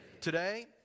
Today